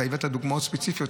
אתה הבאת דוגמאות ספציפיות,